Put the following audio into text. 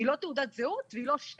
היא לא תעודת זהות והיא לא שם.